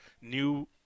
new